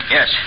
Yes